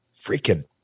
freaking